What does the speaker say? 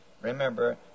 remember